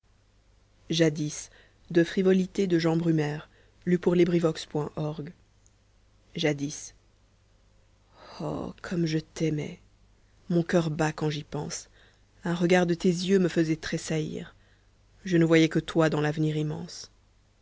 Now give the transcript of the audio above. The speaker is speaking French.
oh comme je t'aimais mon coeur bat quand j'y pense un regard de tes yeux me faisait tressaillir je ne voyais que toi dans l'avenir immense